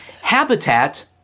Habitat